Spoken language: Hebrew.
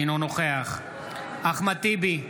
אינו נוכח אחמד טיבי,